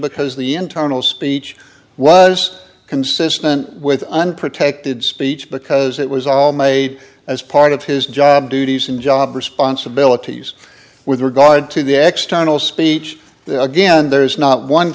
because the internal speech was consistent with unprotected speech because it was all made as part of his job duties and job responsibilities with regard to the x tunnel speech again there's not one